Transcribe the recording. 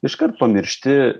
iškart pamiršti